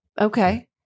Okay